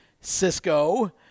Cisco